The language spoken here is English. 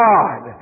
God